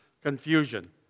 confusion